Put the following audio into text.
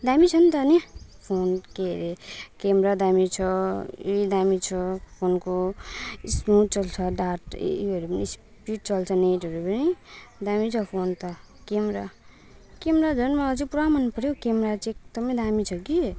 दामी छ नि त नि फोन के अरे क्यामेरा दामी छ ऊ यो दामी छ फोनको स्मुथ चल्छ डाटै ऊ योहरू पनि स्पिड चल्छ नेटहरू पनि दामी छ फोन त क्यामेरा क्यामेरा झन् म अझै पुरा मन पऱ्यो हौ क्यामेरा चाहिँ एकदमै दामी छ कि